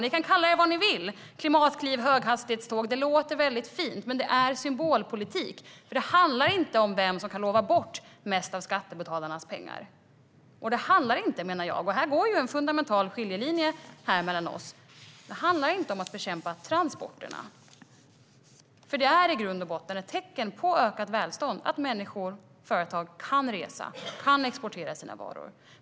Ni kan kalla det vad ni vill - klimatkliv och höghastighetståg. Det låter väldigt fint, men det är symbolpolitik. Det handlar inte om vem som kan lova bort mest av skattebetalarnas pengar. Och det handlar inte om, menar jag, att bekämpa transporterna - här går en fundamental skiljelinje mellan oss. Det är i grund och botten ett tecken på ett ökat välstånd att människor och företag kan resa och kan exportera sina varor.